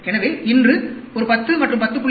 எனவே இன்று ஒரு 10 மற்றும் 10